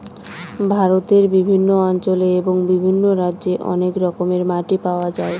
ভারতের বিভিন্ন অঞ্চলে এবং বিভিন্ন রাজ্যে অনেক রকমের মাটি পাওয়া যায়